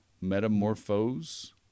Metamorphose